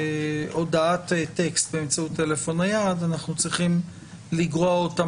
הודעת טקסט באמצעות טלפון נייד אנחנו צריכים לגרוע אותה